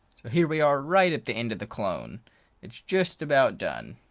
here we are right at the end of the clone it's just about done.